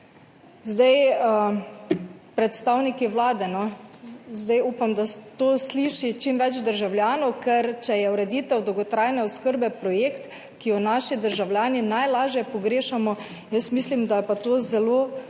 Predstavniki Vlade, upam, da to sliši čim več državljanov, ker če je ureditev dolgotrajne oskrbe projekt, ki ga naši državljani najlažje pogrešamo, jaz mislim, da je pa to zelo